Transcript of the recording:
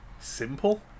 simple